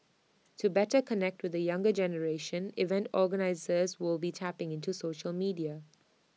to better connect with the younger generation event organisers will be tapping into social media